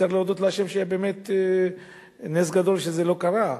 וצריך להודות לה' שבאמת נס גדול שזה לא קרה.